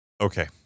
Okay